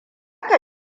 ka